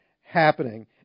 happening